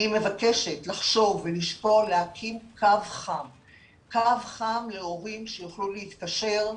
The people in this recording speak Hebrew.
אני מבקשת לחשוב ולשקול להקים קו חם להורים שיוכלו להתקשר,